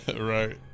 right